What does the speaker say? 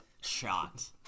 shot